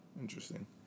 interesting